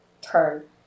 turn